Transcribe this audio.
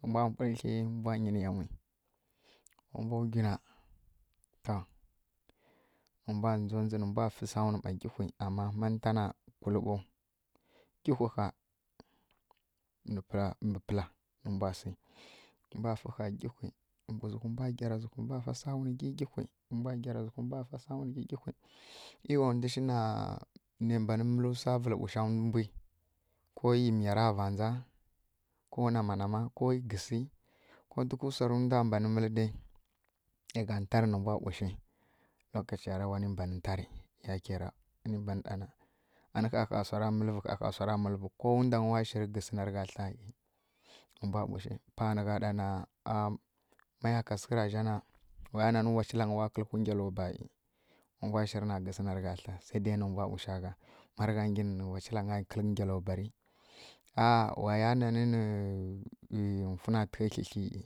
nǝmbwa purǝ kli nǝmbwa nyi nǝ yami ma mbwa wgi na to nǝmbwa ndzodzi nǝ mbwa fǝ sawun ˈma gyǝhwi ama ma nǝnta na kullǝ ɓau gyǝhwǝ ɦaa mbǝ pǝla nǝmbwa si nǝ mbwa fi gyǝhwi dzuhwǝ mbwa gyara dzuhwǝ mbwa fa sawun gyigyihwi, dzuhwǝ mbwa gyara dzuhwǝ mbwa fa sawun gyigyihwi ei wa ndwi shi ne mbanǝ vǝlǝ ɓusha mbwi ko e miya ra vaandza ko nama nama ko gǝsi ko duk wsa rǝ wda banǝ mǝlǝ dai nǝ gha ntarǝ nǝ mbwa ɓushi lokaciyara wani mbani ntari yakira wani mbani ɗana ani ɦaɦa ani ɦaɦa wsara mǝllǝvi kowundwanyi wa shiri gǝssi narǝ gha tla nǝ mba ɓushi pa nǝgha ɗana ahm maya ka sǝghǝ razjana waya nan kwachilangyi waa kǝlǝwhu ngyaloba e, wa mbwa shiri na gǝsi narǝ gha tla se de nǝ mbwa ɓusha gha ma rǝ gha ngyi nǝ rǝ kwachilangya kǝlǝ ngyaloba ri ahh waya nani nǝ funa ntǝghǝ klǝkli e